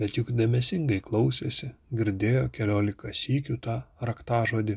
bet juk dėmesingai klausėsi girdėjo keliolika sykių tą raktažodį